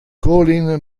colin